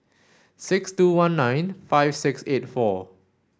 six two one nine five six eight four